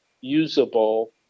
usable